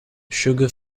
sugar